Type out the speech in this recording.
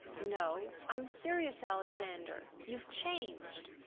no, i'm serious, alexander. you've changed.